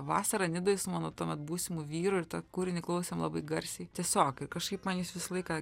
vasarą nidoj su mano tuomet būsimu vyru ir tą kūrinį klausėm labai garsiai tiesiog ir kažkaip man jis visą